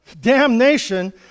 damnation